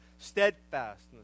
steadfastness